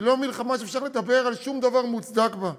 היא לא מלחמה שאפשר לדבר על שום דבר מוצדק בה.